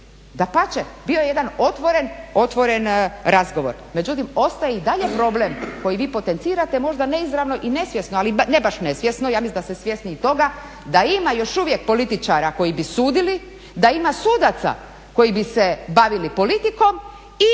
Dapače, bio je jedan otvoren razgovor. Međutim, ostaje i dalje problem koji vi potencirate, možda neizravno i nesvjesno ali ne baš nesvjesno ja mislim da ste svjesni i toga da ima još uvijek političara koji bi sudili, da ima sudaca koji bi se bavili politikom i